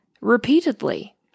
repeatedly